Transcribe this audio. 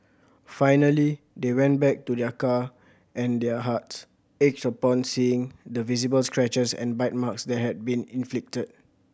finally they went back to their car and their hearts ached upon seeing the visible scratches and bite marks that had been inflicted